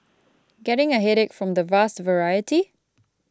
getting a headache from the vast variety